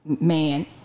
man